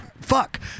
fuck